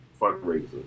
fundraiser